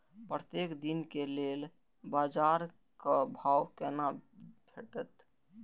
प्रत्येक दिन के लेल बाजार क भाव केना भेटैत?